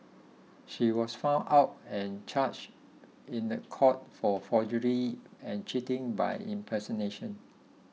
she was found out and charged in the court for forgery and cheating by impersonation